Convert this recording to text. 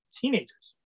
teenagers